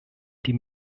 die